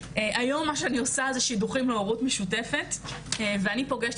היום מה שאני עושה זה שידוכים להורות משותפת ואני פוגשת